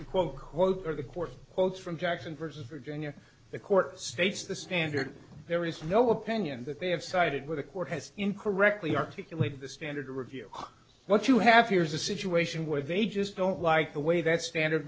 quote unquote or the court quotes from jackson versus virginia the court states the standard there is no opinion that they have sided with the court has incorrectly articulated the standard to review what you have here is a situation where they just don't like the way that standard